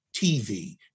TV